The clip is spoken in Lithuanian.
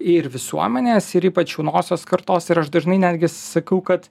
ir visuomenės ir ypač jaunosios kartos ir aš dažnai netgi sakau kad